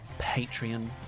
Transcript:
Patreon